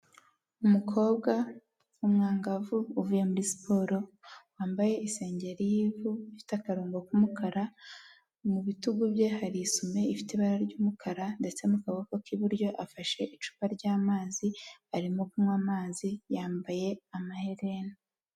Umukobwa w'umwangavu, uvuye muri siporo, wambaye isengeri y'ivu, ifite akarongo k'umukara, mu bitugu bye hari isume ifite ibara ry'umukara, ndetse mu kaboko k'iburyo afashe icupa ry'amazi, arimo kunywa amazi, yambaye amaherena.